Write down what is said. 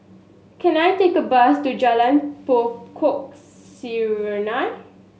can I take a bus to Jalan Pokok Serunai